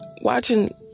watching